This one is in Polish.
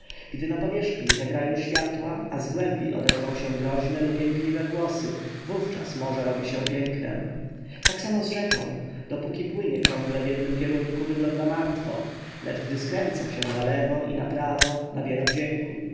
gdy na powierzchni zagrają światła a z głębi odezwą się groźne lub jękliwe głosy wówczas morze robi się pięknem tak samo z rzeką dopóki płynie ciągle w jednym kierunku wygląda martwo lecz gdy skręca się na lewo i na prawo nabiera wdzięku